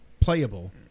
playable